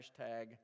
hashtag